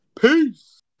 Peace